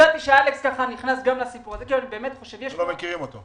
לכן ביקשתי להעלות דיון מהיר לגבי השארת שעות הטיפוח.